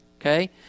Okay